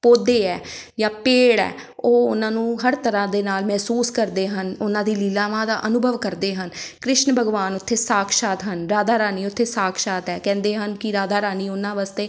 ਪੌਦੇ ਹੈ ਜਾਂ ਪੇੜ ਹੈ ਉਹ ਉਹਨਾਂ ਨੂੰ ਹਰ ਤਰ੍ਹਾਂ ਦੇ ਨਾਲ ਮਹਿਸੂਸ ਕਰਦੇ ਹਨ ਉਹਨਾਂ ਦੀ ਲੀਲਾਵਾਂ ਦਾ ਅਨੁਭਵ ਕਰਦੇ ਹਨ ਕ੍ਰਿਸ਼ਨ ਭਗਵਾਨ ਉੱਥੇ ਸਾਕਸ਼ਾਤ ਹਨ ਰਾਧਾ ਰਾਣੀ ਉੱਥੇ ਸਾਕਸ਼ਾਤ ਹੈ ਕਹਿੰਦੇ ਹਨ ਕਿ ਰਾਧਾ ਰਾਣੀ ਉਹਨਾਂ ਵਾਸਤੇ